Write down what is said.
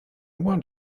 want